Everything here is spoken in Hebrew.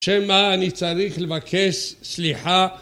שמא אני צריך לבקש סליחה